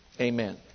Amen